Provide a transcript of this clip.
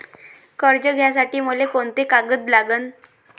कर्ज घ्यासाठी मले कोंते कागद लागन?